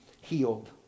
healed